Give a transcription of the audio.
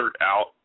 out